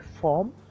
form